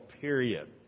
period